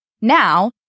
Now